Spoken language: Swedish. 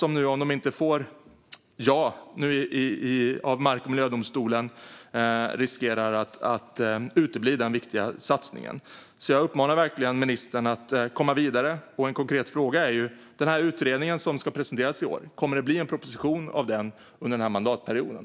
Om företaget inte får ja av mark och miljödomstolen riskerar den viktiga satsningen att utebli. Jag uppmanar verkligen ministern att komma vidare. Jag har en konkret fråga: Kommer det att bli en proposition av den utredning som ska presenteras i år under mandatperioden?